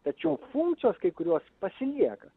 tačiau funkcijos kai kurios pasilieka